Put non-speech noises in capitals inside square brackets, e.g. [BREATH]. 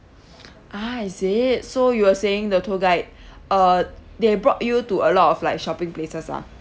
[BREATH] ah is it so you were saying the tour guide [BREATH] uh they brought you to a lot of like shopping places ah